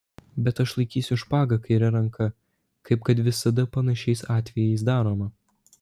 bet aš laikysiu špagą kaire ranka kaip kad visada panašiais atvejais daroma